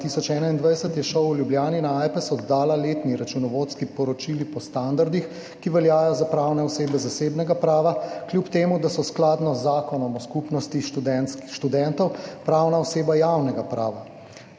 2021 je ŠOU v Ljubljani na Ajpes oddala letni računovodski poročili po standardih, ki veljajo za pravne osebe zasebnega prava, kljub temu da so skladno z Zakonom o skupnosti študentov pravna oseba javnega prava.